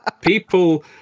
people